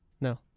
No